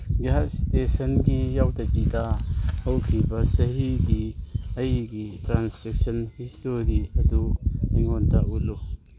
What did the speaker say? gas ꯏꯁꯇꯦꯁꯟꯒꯤ ꯌꯥꯎꯗꯕꯤꯗ ꯍꯧꯈꯤꯕ ꯆꯍꯤꯒꯤ ꯑꯩꯒꯤ ꯇ꯭ꯔꯥꯟꯁꯦꯛꯁꯟ ꯍꯤꯁꯇꯣꯔꯤ ꯑꯗꯨ ꯑꯩꯉꯣꯟꯗ ꯎꯠꯂꯨ